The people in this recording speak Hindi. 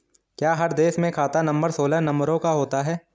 क्या हर देश में खाता नंबर सोलह नंबरों का होता है?